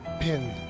Pin